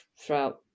throughout